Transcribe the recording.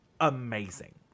amazing